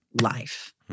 life